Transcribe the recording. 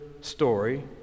story